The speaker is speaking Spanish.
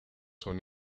son